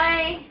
Bye